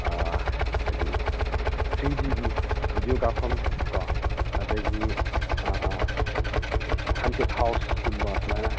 ꯍꯥꯏꯗꯤ ꯊ꯭ꯔꯤ ꯗꯤꯒꯤ ꯚꯤꯗꯤꯌꯣ ꯀꯥꯞꯐꯝ ꯀꯣ ꯑꯗꯒꯤ ꯍꯟꯇꯦꯠ ꯍꯥꯎꯁꯀꯨꯝꯕ ꯁꯨꯃꯥꯏꯅ